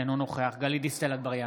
אינו נוכח גלית דיסטל אטבריאן,